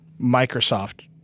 Microsoft